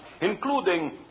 including